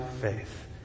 faith